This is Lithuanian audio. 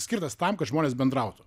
skirtas tam kad žmonės bendrautų